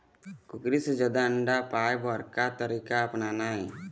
कुकरी से जादा अंडा पाय बर का तरीका अपनाना ये?